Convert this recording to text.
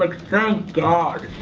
like thank god,